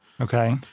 Okay